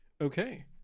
Okay